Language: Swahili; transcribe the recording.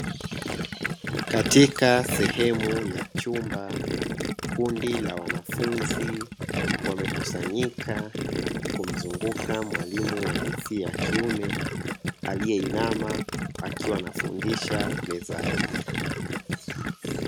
Katika sehemu ya chumba, kundi la wanafunzi wamekusanyika kumzunguka mwalimu wa jinsia ya kiume, aliye inama akiwa anafundisha mezani.